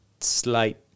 slight